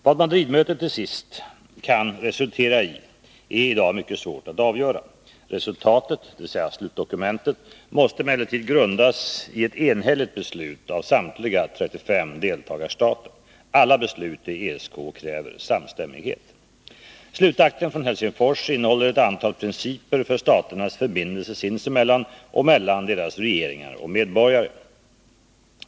Vad Madridmöstet till sist kan resultera i är i dag mycket svårt att avgöra. Resultatet — slutdokumentet — måste emellertid grundas i ett enhälligt beslut av samtliga 35 deltagarstater. Alla beslut i ESK kräver samstämmighet. Slutakten från Helsingfors innehåller ett antal principer för staternas förbindelser sinsemellan och mellan deras regeringar och medborgare.